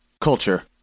Culture